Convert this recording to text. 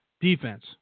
defense